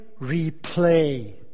replay